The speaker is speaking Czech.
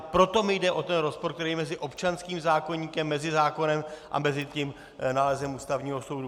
Proto mi jde o ten rozpor, který je mezi občanským zákoníkem, mezi zákonem a mezi nálezem Ústavního soudu.